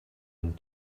and